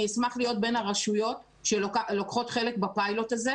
אני אשמח להיות בין הרשויות שלוקחות חלק בפיילוט הזה.